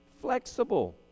flexible